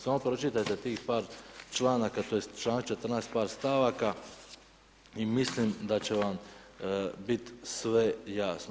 Samo pročitajte tih par članaka, tj. članak 14. par stavaka i mislim da će vam biti sve jasno.